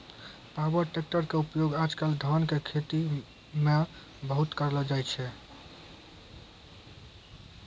power tractor के उपयोग आज कल धान के खेती मॅ बहुत करलो जाय छै